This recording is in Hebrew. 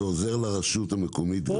ועוזר לרשות המקומית גם.